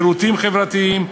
משירותים חברתיים,